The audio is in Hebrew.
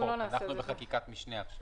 אנחנו עכשיו בחקיקת משנה.